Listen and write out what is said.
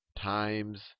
times